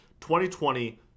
2020